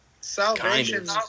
Salvation